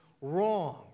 wrong